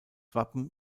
wappen